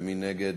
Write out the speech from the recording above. מי נגד?